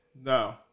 No